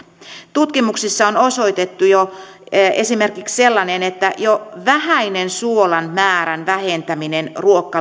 tutkimuksissa on osoitettu jo esimerkiksi sellainen että jo vähäinen suolan määrän vähentäminen